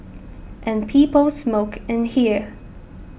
and people smoked in there